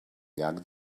llac